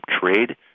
Trade